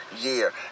year